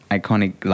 iconic